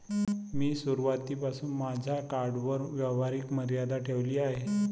मी सुरुवातीपासूनच माझ्या कार्डवर व्यवहाराची मर्यादा ठेवली आहे